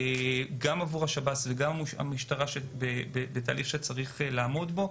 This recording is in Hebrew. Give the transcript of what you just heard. גם עבור השב"ס וגם עבור המשטרה בתהליך שצריך לעמוד בו.